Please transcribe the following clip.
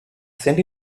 send